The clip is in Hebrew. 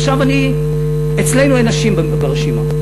אצלנו אין נשים ברשימה.